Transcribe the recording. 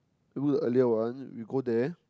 we book the earlier one we go there